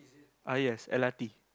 I as l_r_t